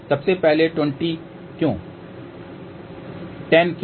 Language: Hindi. सबसे पहले 20 क्यों 10 क्यों नहीं